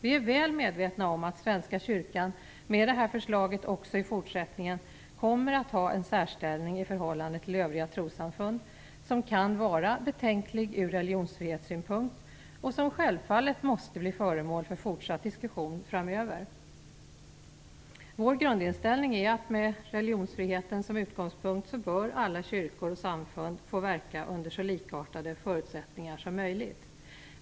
Vi är väl medvetna om att Svenska kyrkan med det här förslaget också i fortsättningen kommer att ha en särställning i förhållande till övriga trossamfund som kan vara betänklig ur religionsfrihetssynpunkt och som självfallet måste bli föremål för fortsatt diskussion framöver. Vår grundinställning är att alla samfund med religionsfriheten som utgångspunkt bör få verka under så likartade förutsättningar som möjligt.